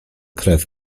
krew